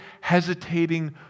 hesitating